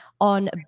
on